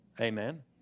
Amen